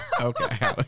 Okay